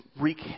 wreak